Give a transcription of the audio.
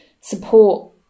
support